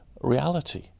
reality